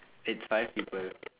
it's five people